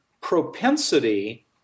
propensity